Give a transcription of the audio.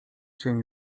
się